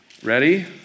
Ready